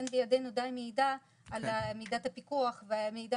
אין בידינו די מידע על מידת הפיקוח ומידע